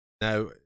Now